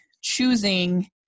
choosing